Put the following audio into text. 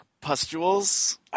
pustules